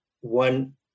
one